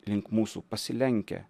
link mūsų pasilenkia